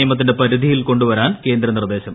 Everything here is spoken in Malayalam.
നിയമത്തിന്റെ പരിധിയിൽ കൊണ്ടു വരാൻ കേന്ദ്ര നിർദ്ദേശം